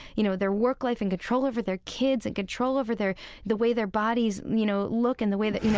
you know, their work-life and control over their kids and control over their the way their bodies, you know, look and the way that, you know,